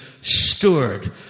steward